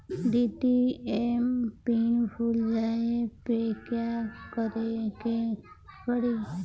ATM pin भूल जाए पे का करे के पड़ी?